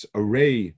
array